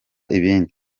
ibindi